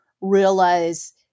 realize